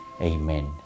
Amen